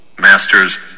Masters